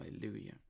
hallelujah